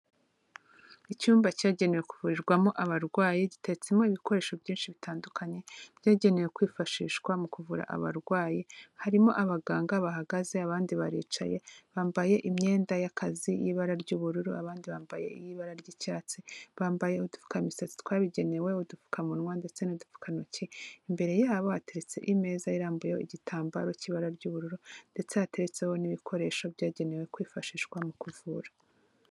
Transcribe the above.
Icyumba cyagenewe kuvurirwamo abarwayi giteretsemo ibikoresho byinshi bitandukanye, byagenewe kwifashishwa mu kuvura abarwayi, harimo abaganga bahagaze abandi baricaye, bambaye imyenda y'akazi y'ibara ry'ubururu abandi bambaye iy'ibara ry'icyatsi, bambaye udupfukamisatsi twabigenewe, udupfukamunwa ndetse n'udupfukantoki, imbere yabo hateretse imeza irambuyeho igitambaro cy'ibara ry'ubururu, ndetse hateretseho n'ibikoresho byagenewe kwifashishwa mu kuvura.